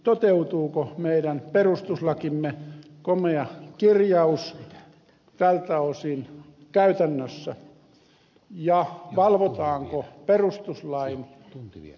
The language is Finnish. toteutuuko meidän perustuslakimme komea kirjaus tältä osin käytännössä ja valvotaanko perustuslain toteutumista riittävästi